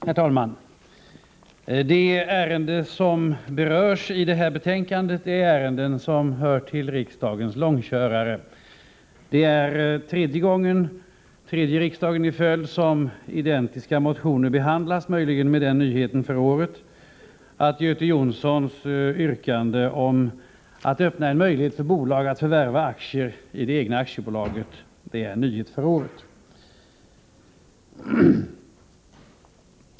Herr talman! Det ärende som berörs i detta betänkande är en av riksdagens långkörare. Det är tredje riksmötet i följd som identiska motioner behandlas, möjligen med den nyheten för året att Göte Jonsson har ett yrkande om att öppna en möjlighet för bolag att förvärva aktier i det egna aktiebolaget.